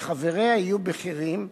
שחבריה יהיו בכירים,